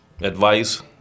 Advice